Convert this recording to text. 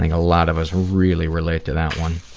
a lot of us really relate to that one.